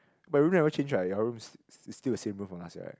my room never change right your rooms still the same room from us right